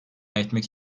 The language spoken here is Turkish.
etmek